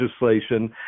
legislation